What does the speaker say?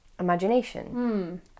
imagination